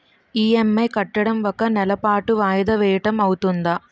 EMI కట్టడం ఒక నెల పాటు వాయిదా వేయటం అవ్తుందా?